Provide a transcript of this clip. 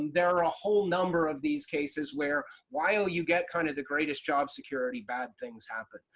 there are a whole number of these cases where while you get kind of the greatest job security, bad things happen.